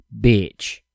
bitch